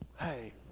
Hey